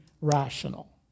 rational